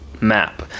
map